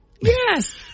Yes